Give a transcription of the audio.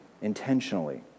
intentionally